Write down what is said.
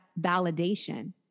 validation